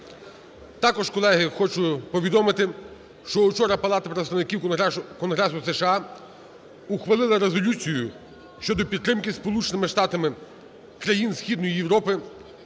Також, колеги, хочу повідомити, що учора Палата представників Конгресу США ухвалила резолюцію щодо підтримки Сполученими Штатами країн Східної Європи